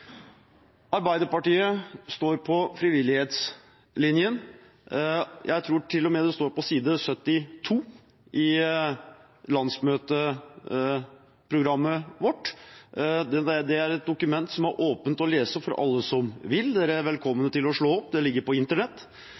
Arbeiderpartiet står på frivillighetslinjen. Det står på side 75 i landsmøteprogrammet vårt, et dokument som er åpent og kan leses av alle som vil. Dere er velkommen til å slå opp, det ligger på internett.